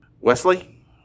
Wesley